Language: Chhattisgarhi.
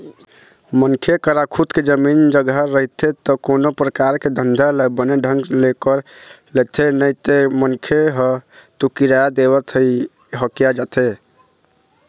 मनखे करा खुद के जमीन जघा रहिथे ता कोनो परकार के धंधा ल बने ढंग ले कर लेथे नइते मनखे ह तो किराया देवत म ही हकिया जाथे